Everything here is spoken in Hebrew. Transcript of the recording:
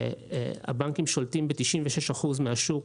והבנקים שולטים ב-96% מהשוק.